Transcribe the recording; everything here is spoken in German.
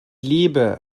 liebe